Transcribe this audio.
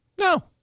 No